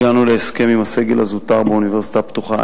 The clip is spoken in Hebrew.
הגענו להסכם עם הסגל הזוטר באוניברסיטה הפתוחה.